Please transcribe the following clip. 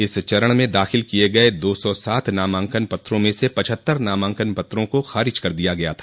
इस चरण में दाखिल किये गये दो सौ सात नामांकन पत्रों में से पछत्तर नामांकन पत्रों को खारिज कर दिया गया था